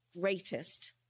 greatest